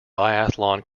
biathlon